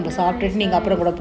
nice nice